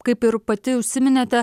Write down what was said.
kaip ir pati užsiminėte